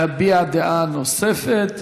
להביע דעה נוספת.